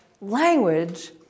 language